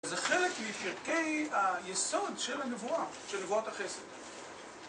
זה חלק מפרקי היסוד של הנבואה, של נבואת החסד.